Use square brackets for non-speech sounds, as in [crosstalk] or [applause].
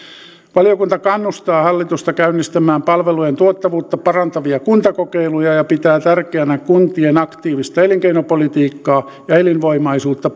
valiokunta kannustaa hallitusta käynnistämään palvelujen tuottavuutta parantavia kuntakokeiluja ja pitää tärkeänä kuntien aktiivista elinkeinopolitiikkaa ja elinvoimaisuutta [unintelligible]